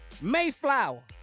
Mayflower